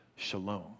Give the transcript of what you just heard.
Shalom